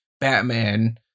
Batman